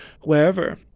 wherever